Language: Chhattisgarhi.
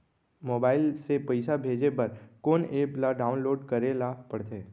मोबाइल से पइसा भेजे बर कोन एप ल डाऊनलोड करे ला पड़थे?